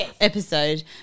episode